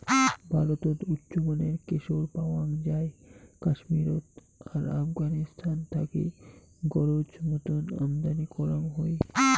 ভারতত উচ্চমানের কেশর পাওয়াং যাই কাশ্মীরত আর আফগানিস্তান থাকি গরোজ মতন আমদানি করাং হই